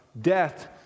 death